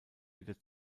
wieder